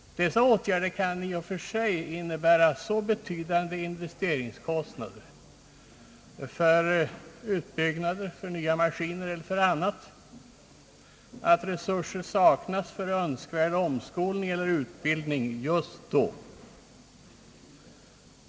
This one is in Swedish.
Dessa åtgärder kan i och för sig innebära så betydande investeringskostnader för utbyggnader, nya maskiner och annat att resurser just då saknas för önskvärd omskolning eller utbildning.